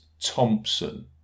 Thompson